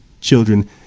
children